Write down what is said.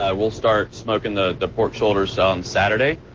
ah we'll start smoking the the pork shoulders so on saturday.